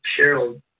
Cheryl